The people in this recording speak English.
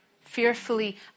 fearfully